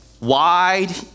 wide